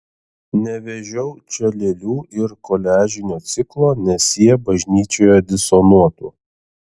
nevežiau čia lėlių ir koliažinio ciklo nes jie bažnyčioje disonuotų